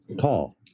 call